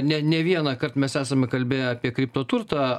ne ne vienąkart mes esame kalbėję apie kripto turtą